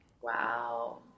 Wow